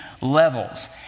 levels